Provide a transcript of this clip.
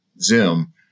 Zoom